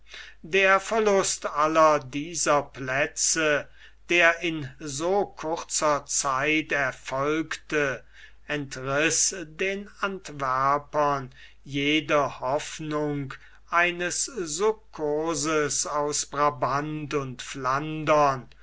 der verlust aller dieser plätze der in so kurzer zeit erfolgte entriß den antwerpern jede hoffnung eines succurses aus brabant und flandern